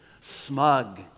smug